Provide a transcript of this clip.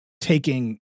taking